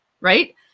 right